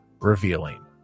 revealing